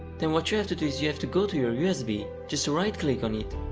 then what you have to do is you have to go to your usb, just right click on it,